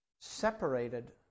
separated